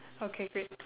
okay great